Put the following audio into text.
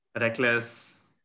reckless